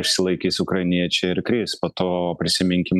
išsilaikys ukrainiečiai ir kris po to prisiminkim